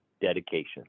dedication